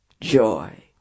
joy